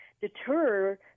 deter